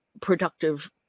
productive